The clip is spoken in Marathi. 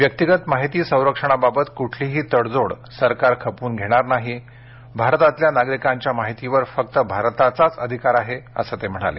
व्यक्तिगत माहिती संरक्षणाबाबत कुठलीही तडजोड सरकार खपवून घेणार नाही भारतातल्या नागरिकांच्या माहितीवर फक्त भारताचाच अधिकार आहे असं ते म्हणाले